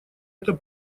это